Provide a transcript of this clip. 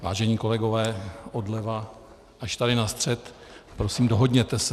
Vážení kolegové odleva až tady na střed , prosím, dohodněte se.